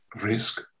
risk